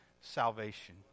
salvation